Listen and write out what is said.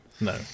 No